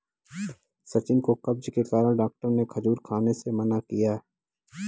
सचिन को कब्ज के कारण डॉक्टर ने खजूर खाने से मना किया